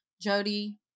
Jody